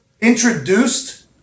Introduced